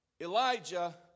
Elijah